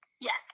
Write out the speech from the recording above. Yes